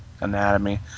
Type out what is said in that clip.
anatomy